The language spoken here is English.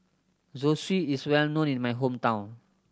zosui is well known in my hometown